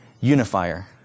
unifier